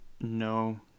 no